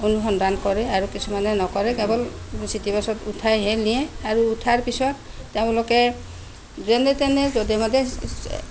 অনুসন্ধান কৰে আৰু কিছুমানে নকৰে কেৱল চিটিবাছত উঠাইহে নিয়ে আৰু উঠাৰ পিছত তেওঁলোকে যেনে তেনে যধে মধে